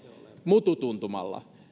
mututuntumalla